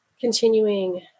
continuing